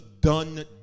done